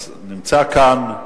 נמצא כאן,